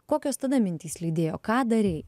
kokios tada mintys lydėjo ką darei